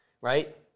right